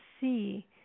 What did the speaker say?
see